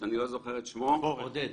עודד